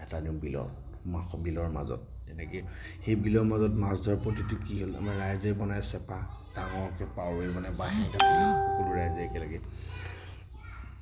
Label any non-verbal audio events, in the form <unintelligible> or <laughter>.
ভেটা দিওঁ বিলৰ বিলৰ মাজত তেনেকৈ সেই বিলৰ মাজত মাছ ধৰা পদ্ধতি কি আমাৰ ৰাইজে বনায় চেপা ডাঙৰকৈ <unintelligible> মানে সকলো ৰাইজে একেলগে